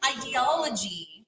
ideology